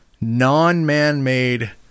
non-man-made